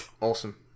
Awesome